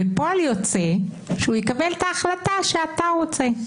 זה פועל יוצא שהוא יקבל את ההחלטה שאתה רוצה.